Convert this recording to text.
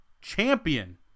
champion